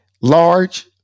large